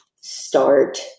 start